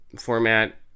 format